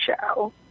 show